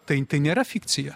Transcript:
tai tai nėra fikcija